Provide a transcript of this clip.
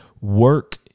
work